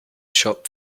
shop